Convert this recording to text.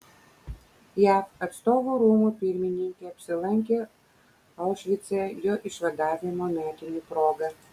jav atstovų rūmų pirmininkė apsilankė aušvice jo išvadavimo metinių proga